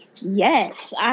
Yes